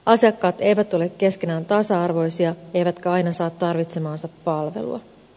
asiakkaat eivät ole keskenään tasa arvoisia eivätkä aina saa tarvitsemaansa palvelua